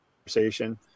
conversation